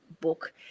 book